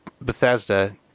Bethesda